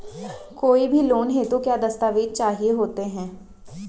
कोई भी लोन हेतु क्या दस्तावेज़ चाहिए होते हैं?